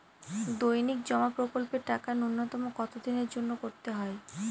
দৈনিক জমা প্রকল্পের টাকা নূন্যতম কত দিনের জন্য করতে হয়?